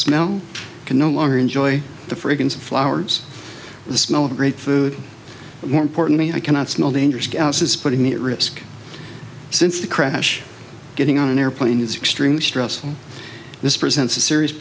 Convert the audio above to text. smell can no longer enjoy the fragrance of flowers the smell of great food more importantly i cannot smell dangerous gases putting me at risk since the crash getting on an airplane is extremely stressful this presents a serious